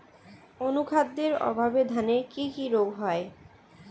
অনুখাদ্যের অভাবে ধানের কি কি রোগ হয়?